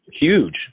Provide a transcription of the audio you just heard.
huge